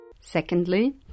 Secondly